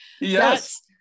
yes